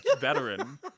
veteran